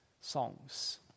songs